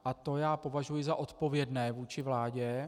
A to já považuji za odpovědné vůči vládě.